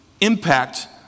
impact